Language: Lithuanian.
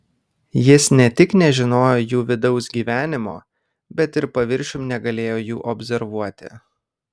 jis ne tik nežinojo jų vidaus gyvenimo bet ir paviršium negalėjo jų observuoti